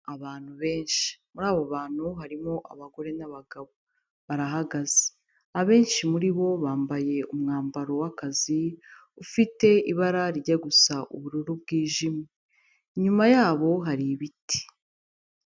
Abantu benshi muri abo bantu harimo abagore n'abagabo barahagaze, abenshi muri bo bambaye umwambaro w'akazi ufite ibara rye gusa ubururu bwijimye inyuma yabo hari ibiti.